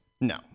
no